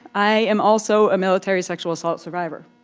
i am also a military sexual assault survivor.